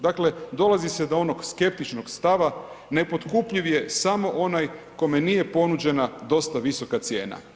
Dakle, dolazi se do onog skeptičnog stava, nepotkupljiv je samo onaj kome nije ponuđena dosta visoka cijena.